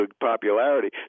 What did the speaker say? popularity